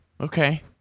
Okay